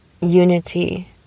unity